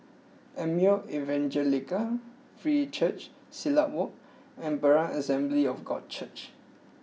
Emmanuel Evangelical Free Church Silat Walk and Berean Assembly of God Church